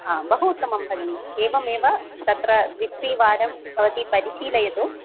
बहु उत्तमं भगिनी एवमेव तत्र द्वित्रिवारं भवति परिशीलयतु